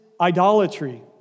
idolatry